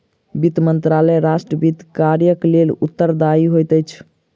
वित्त मंत्रालय राष्ट्र वित्त कार्यक लेल उत्तरदायी होइत अछि